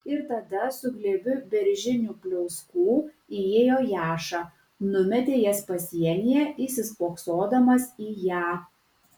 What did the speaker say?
ir tada su glėbiu beržinių pliauskų įėjo jaša numetė jas pasienyje įsispoksodamas į ją